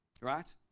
right